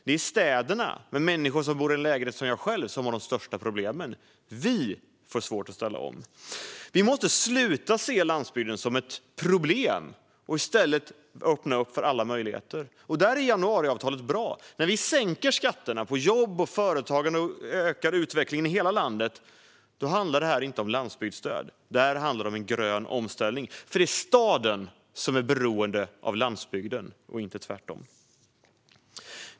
Det är städerna, med människor som bor i lägenhet som jag själv, som har de största problemen. Vi får svårt att ställa om. Vi måste sluta se landsbygden som ett problem och i stället öppna för alla möjligheter. Där är januariavtalet bra. När vi sänker skatterna på jobb och företagande och ökar utvecklingen i hela landet handlar det inte om landsbygdsstöd. Det handlar om en grön omställning. Det är staden som är beroende av landsbygden, inte tvärtom.